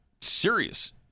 serious